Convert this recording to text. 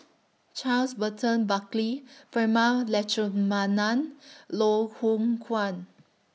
Charles Burton Buckley Prema Letchumanan Loh Hoong Kwan